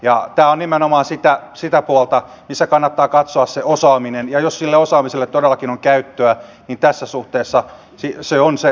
tämä on nimenomaan sitä puolta missä kannattaa katsoa se osaaminen ja jos sille osaamiselle todellakin on käyttöä niin tässä suhteessa siinä tarveharkinnassa on näin